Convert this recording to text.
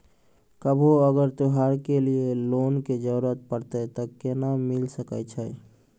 कभो अगर त्योहार के लिए लोन के जरूरत परतै तऽ केना मिल सकै छै?